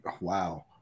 wow